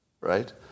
right